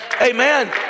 amen